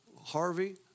Harvey